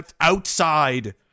outside